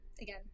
again